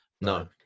No